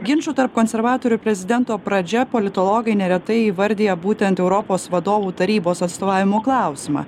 ginčo tarp konservatorių ir prezidento pradžia politologai neretai įvardija būtent europos vadovų tarybos atstovavimo klausimą